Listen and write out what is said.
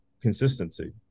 consistency